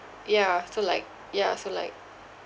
ya so like ya so like